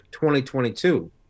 2022